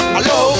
Hello